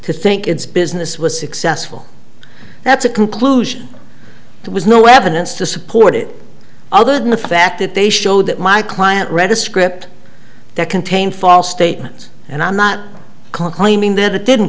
to think its business was successful that's a conclusion there was no evidence to support it other than the fact that they showed that my client read a script that contained false statements and i'm not claiming that it didn't